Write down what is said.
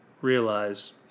realize